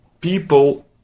people